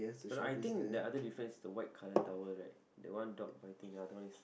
no no I think the other difference is the white colour towel right that one dog biting then the other one is